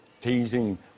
teasing